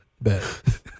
Bet